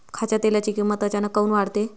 खाच्या तेलाची किमत अचानक काऊन वाढते?